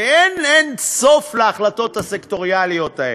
ואין סוף להחלטות הסקטוריאליות האלה,